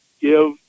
give